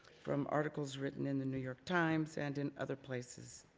from articles written in the new york times and in other places.